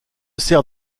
sers